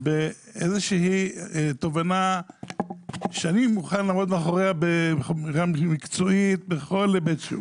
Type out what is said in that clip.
באיזושהי תובנה שאני מוכן לעמוד מאחוריה גם מקצועית בכל היבט שהוא.